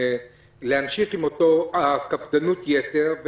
עם אותה קפדנות יתר,